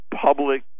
public